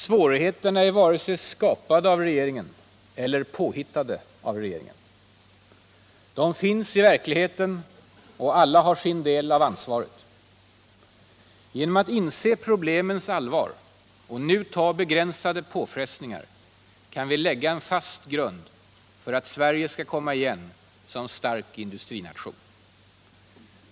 Svårigheterna är inte vare sig skapade av regeringen eller påhittade av regeringen. De finns i verkligheten, och alla har sin del av ansvaret. Genom att inse problemens allvar och nu ta begränsade påfrestningar kan vi lägga en fast grund för att Sverige skall komma igen som stark industrination.